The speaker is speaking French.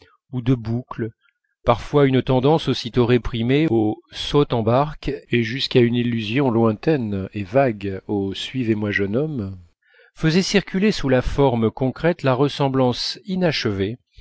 ou de boucles parfois une tendance aussitôt réprimée au saute en barque et jusqu'à une allusion lointaine et vague au suivez-moi jeune homme faisaient circuler sous la forme concrète la ressemblance inachevée